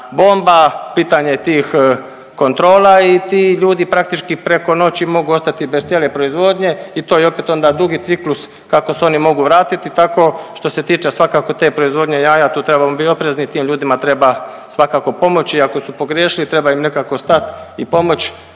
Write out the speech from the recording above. bomba pitanje tih kontrola i ti ljudi praktički preko noći mogu ostati bez cijele proizvodnje i to je opet onda dugi ciklus kako se oni mogu vratiti tako što se tiče svakako te proizvodnje jaja tu trebamo biti oprezni i tim ljudima treba svakako pomoći i ako su pogriješili treba im nekako stat i pomoć